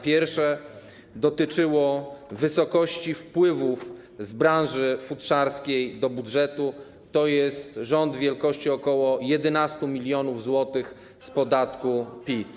Pierwsze dotyczyło wysokości wpływów z branży futrzarskiej do budżetu, to jest rząd wielkości ok. 11 mln zł z podatku PIT.